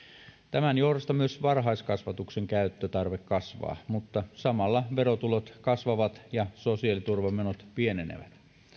tämän johdosta myös varhaiskasvatuksen käyttötarve kasvaa mutta samalla verotulot kasvavat ja sosiaaliturvamenot pienenevät